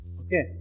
okay